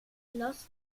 lost